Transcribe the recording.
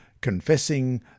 confessing